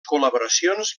col·laboracions